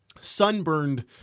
Sunburned